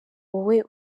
wowe